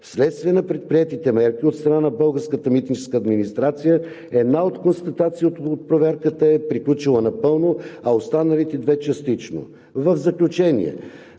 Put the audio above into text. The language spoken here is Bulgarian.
Вследствие на предприетите мерки от страна на Българската митническа администрация, една от констатациите от проверката е приключила напълно, а останалите две – частично.